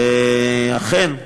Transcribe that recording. אכן,